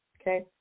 Okay